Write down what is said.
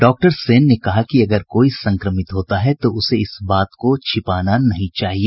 doctor Sen ने कहा कि अगर कोई संक्रमित होता है तो उसे इस बात को छिपाना नहीं चाहिए